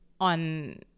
on